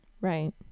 Right